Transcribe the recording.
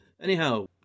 Anyhow